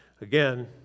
Again